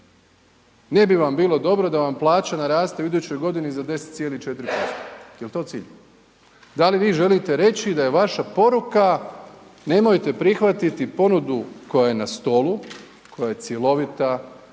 ne bi vam bilo dobro da vam plaće narastu u idućoj godini za 10,4%, jel to cilj? Da li vi želite reći da je vaša poruka nemojte prihvatiti ponudu koja je na stolu, koja je cjelovita,